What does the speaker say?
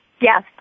Yes